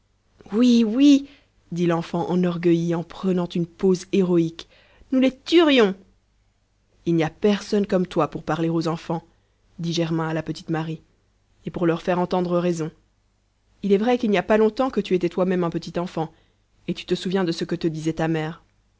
oui oui dit l'enfant enorgueilli en prenant une pose héroïque nous les tuerions il n'y a personne comme toi pour parler aux enfants dit germain à la petite marie et pour leur faire entendre raison il est vrai qu'il n'y a pas longtemps que tu étais toi-même un petit enfant et tu te souviens de ce que te disait ta mère